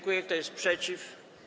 Kto jest przeciw?